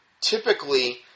typically